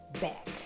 back